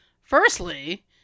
firstly